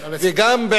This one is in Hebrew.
נא לסיים.